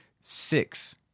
six